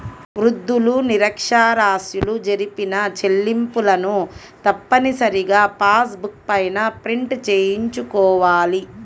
వృద్ధులు, నిరక్ష్యరాస్యులు జరిపిన చెల్లింపులను తప్పనిసరిగా పాస్ బుక్ పైన ప్రింట్ చేయించుకోవాలి